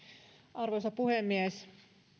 arvoisa puhemies